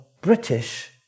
British